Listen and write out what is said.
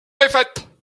défaites